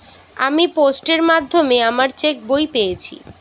আমি পোস্টের মাধ্যমে আমার চেক বই পেয়েছি